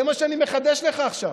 זה מה שאני מחדש לך עכשיו.